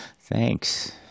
Thanks